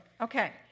okay